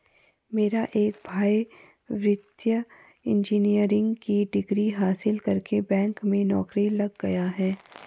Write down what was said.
मेरा एक भाई वित्तीय इंजीनियरिंग की डिग्री हासिल करके बैंक में नौकरी लग गया है